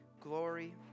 glory